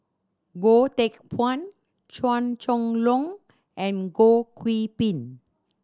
Goh Teck Phuan Chua Chong Long and Goh Qiu Bin